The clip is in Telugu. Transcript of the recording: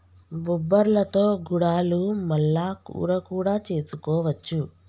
బొబ్బర్లతో గుడాలు మల్ల కూర కూడా చేసుకోవచ్చు